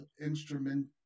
instrument